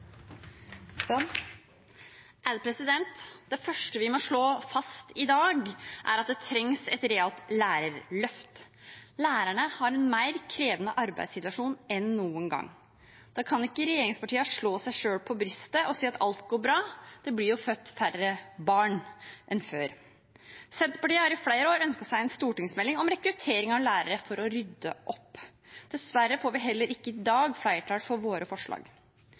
at det trengs et realt lærerløft. Lærerne har en mer krevende arbeidssituasjon enn noen gang. Da kan ikke regjeringspartiene slå seg på brystet og si at alt går bra – det blir jo født færre barn enn før. Senterpartiet har i flere år ønsket seg en stortingsmelding om rekruttering av lærere for å rydde opp. Dessverre får vi heller ikke i dag flertall for våre forslag.